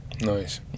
Nice